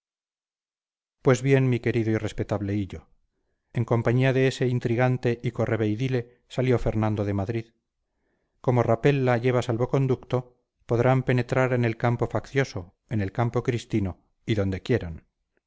pues bien mi querido y respetable hillo en compañía de ese intrigante y correveidile salió fernando de madrid como rapella lleva salvo-conducto podrán penetrar en el campo faccioso en el campo cristino y donde quieran